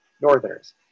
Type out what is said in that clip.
Northerners